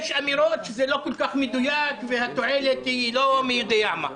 יש אמירות שזה לא כל כך מדויק והתועלת היא לא מי יודע מה.